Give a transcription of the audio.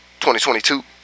2022